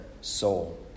soul